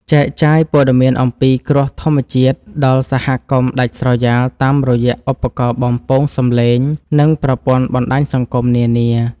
ចែកចាយព័ត៌មានអំពីគ្រោះធម្មជាតិដល់សហគមន៍ដាច់ស្រយាលតាមរយៈឧបករណ៍បំពងសំឡេង និង ប្រព័ន្ធបណ្ដាញសង្គមនានា។